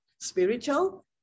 spiritual